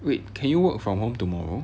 wait can you work from home tomorrow